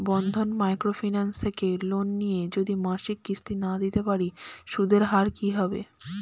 বন্ধন micro finance থেকে loan নিয়ে যদি মাসিক কিস্তি না দিতে পারি সুদের হার কি হবে?